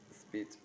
speech